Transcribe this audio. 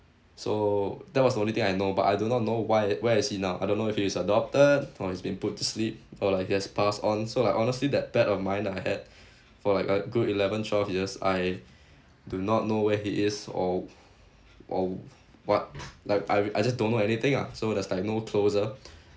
so that was the only thing I know but I do not know why where is he now I don't know if he's adopted or he's been put to sleep or like just passed on so like honestly that pet of mine that I had for like a good eleven twelve years I do not know where he is or or what like I I just don't know anything ah so there's like no closure